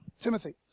Timothy